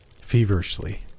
Feverishly